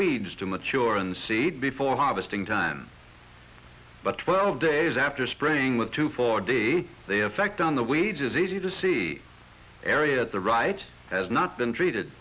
weeds to mature and seed before harvesting time but twelve days after spraying with two four day they effect on the wages easy to see area at the right has not been treated